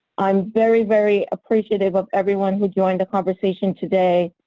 i'm very, very appreciative of everyone who joined the conversation today.